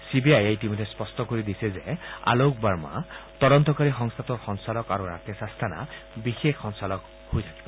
C B আইয়ে ইতিমধ্যে স্পষ্ট কৰি দিছে যে আলোক বাৰ্মা তদন্তকাৰী সংস্থাটোৰ সঞ্চালক আৰু ৰাকেশ আস্থানা বিশেষ সঞ্চালক হৈ থাকিব